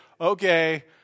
okay